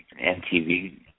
MTV